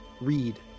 read